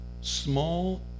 Small